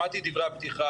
שמעתי את דברי הפתיחה,